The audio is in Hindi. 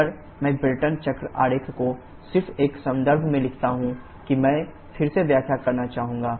अगर मैं ब्रेटन चक्र आरेख को सिर्फ इस संदर्भ में लिखता हूं कि मैं फिर से व्याख्या करना चाहूंगा